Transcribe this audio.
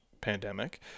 pandemic